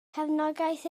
cefnogaeth